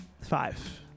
Five